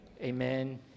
amen